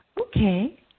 Okay